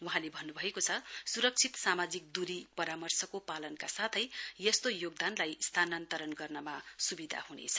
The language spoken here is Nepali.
वहाँले भन्न् भएको छ स्रक्षित सामाजिक द्री परामर्शको पालनका साथै यस्तो योगदानलाई स्थान्तरण गर्नमा सुविधा हनेछ